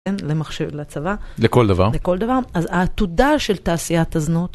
למחשב, לצבא. לכל דבר. לכל דבר. אז העתודה של תעשיית הזנות.